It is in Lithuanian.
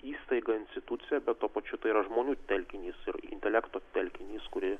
įstaiga institucija bet tuo pačiu tai yra žmonių telkinys ir intelekto telkinys kurį